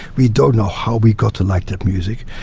we don't know how we got to like that music.